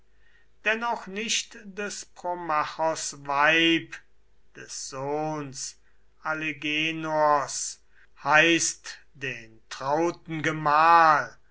denn auch nicht des promachos weib des sohns alegenors heißt den trauten gemahl